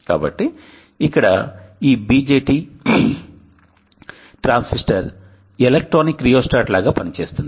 కాబట్టి ఇక్కడ ఈ BJT ట్రాన్సిస్టర్ ఎలక్ట్రానిక్ రియోస్టాట్ లాగా పనిచేస్తుంది